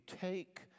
take